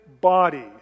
body